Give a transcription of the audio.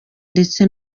ndetse